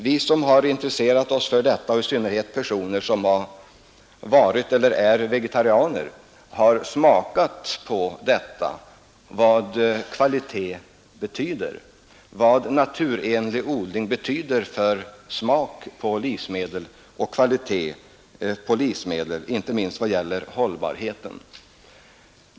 Vi som har intresserat oss för detta, i synnerhet personer som har varit eller är vegetarianer, har smakat på vad kvalitet betyder och vet vad naturenlig odling betyder för smaken och kvaliteten på livsmedel, och inte minst för hållbarheten.